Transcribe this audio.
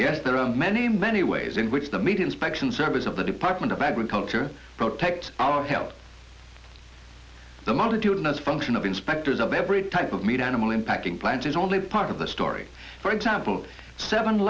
yes there are many many ways in which the meat inspection service of the department of agriculture protect our health the multitudinous function of inspectors of every type meat animal impacting plant is only part of the story for example seven